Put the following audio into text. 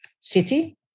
city